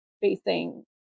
facing